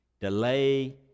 Delay